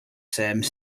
same